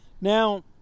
Now